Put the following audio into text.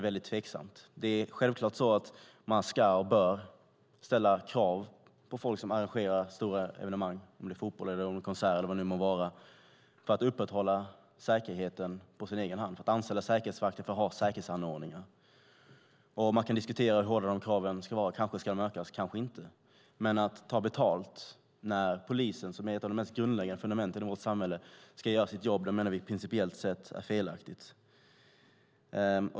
Man ska självfallet ställa krav på folk som arrangerar stora evenemang, fotbollsmatcher, konserter eller vad det än må vara att upprätthålla säkerheten genom att anställa säkerhetsvakter och ha säkerhetsanordningar. Man kan diskutera hur hårda de kraven ska vara. Kanske ska de ökas, kanske inte. Men att ta betalt när polisen, som är ett av det mest grundläggande fundamenten i vårt samhälle, ska göra sitt jobb menar vi principiellt sett är felaktigt.